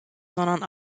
sondern